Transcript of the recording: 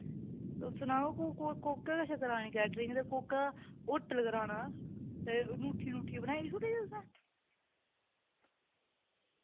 तुस सनाओ कु को कोह्के कशा करानी कैटरिंग ते कोह्का होटल कराना ते नुठी नुठी बनाई शुड़दी तुसें